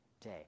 day